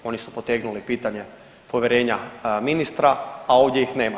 Oni su potegnuli pitanje povjerenja ministra, a ovdje ih nema.